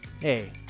hey